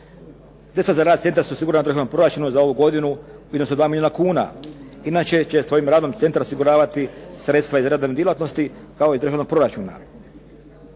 Te za rad centra … /Govornik se ne razumije./ … proračuna za ovu godinu u iznosu od 2 milijuna kuna. Inače će svojim radom centar osiguravati sredstva iz radne djelatnosti kao iz državnog proračuna.